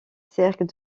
cercles